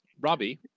Robbie